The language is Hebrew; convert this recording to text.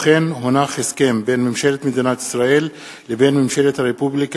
הסכם בין ממשלת מדינת ישראל לבין ממשלת הרפובליקה